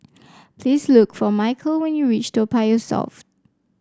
please look for Micheal when you reach Toa Payoh South